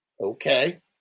Okay